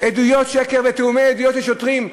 עדויות שקר ותיאומי עדויות של שוטרים.